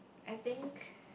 I think